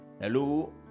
Hello